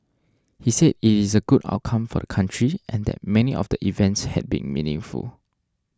he said it is a good outcome for the country and that many of the events had been meaningful